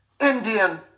Indian